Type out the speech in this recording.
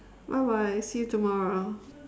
bye bye see you tomorrow